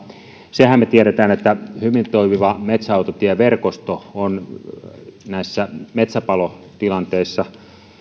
senhän me tiedämme että hyvin toimiva metsäautotieverkosto on metsäpalotilanteissa